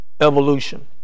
evolution